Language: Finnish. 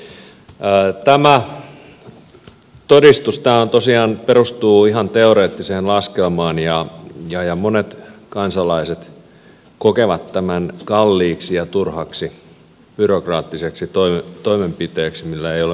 tämä todistus tosiaan perustuu ihan teoreettiseen laskelmaan ja monet kansalaiset kokevat tämän kalliiksi ja turhaksi byrokraattiseksi toimenpiteeksi millä ei ole mitään hyötyä